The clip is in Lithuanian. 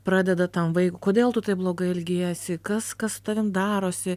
pradeda tam vaikui kodėl tu taip blogai elgiesi kas kas su tavim darosi